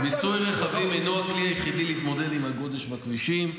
מיסוי רכבים אינו הכלי היחידי להתמודד עם הגודש בכבישים.